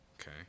okay